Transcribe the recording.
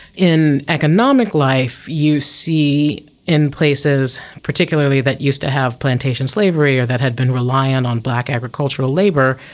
in economic life you see in places, particularly that used to have plantation slavery or that had been relying on black agricultural labour,